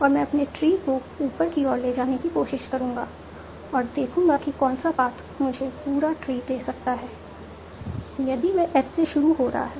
और मैं अपने ट्री को ऊपर की ओर ले जाने की कोशिश करूंगा और देखूंगा कि कौन सा पाथ मुझे पूरा ट्री दे सकता है यदि वह S से शुरू हो रहा है